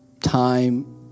time